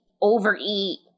overeat